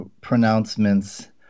pronouncements